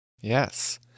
Yes